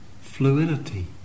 fluidity